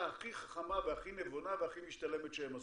הכי חכמה והכי נבונה והכי משתלמת שהם עשו.